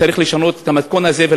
צריך לשנות את המתכונת הזאת,